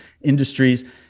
industries